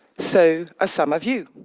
so are some of you.